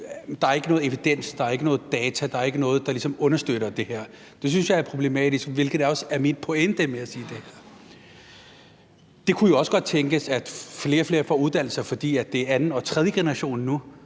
der er ikke nogen data, der er ikke noget, der ligesom understøtter det her. Det synes jeg er problematisk, hvilket også er min pointe med at sige det. Det kunne jo også godt tænkes, at flere og flere får en uddannelse, fordi det er anden og tredje generation nu,